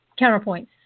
counterpoints